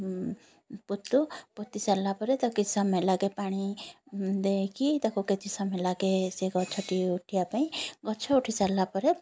ପୋତୁ ପୋତି ସାରିଲା ପରେ ତାକୁ କିଛି ସମୟ ଲାଗେ ପାଣି ଦେଇକି ତାକୁ କିଛି ସମୟ ଲାଗେ ସେ ଗଛଟି ଉଠିବା ପାଇଁ ଗଛ ଉଠିସାରିଲା ପରେ ପୁଣି